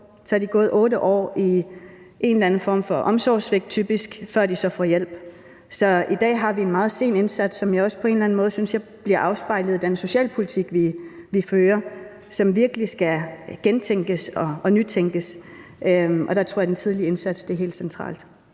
de typisk gået 8 år i en eller anden form for omsorgssvigt, før de så har fået hjælp. Så i dag har vi en meget sen indsats, som jeg også på en eller anden måde synes bliver afspejlet i den socialpolitik, vi fører, og som virkelig skal gentænkes og nytænkes. Og der tror jeg den tidlige indsats er helt central.